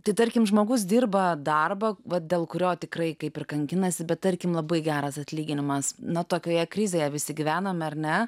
tai tarkim žmogus dirba darbą vat dėl kurio tikrai kaip ir kankinasi bet tarkim labai geras atlyginimas nuo tokioje krizėje visi gyvename ar ne